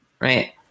Right